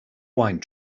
wine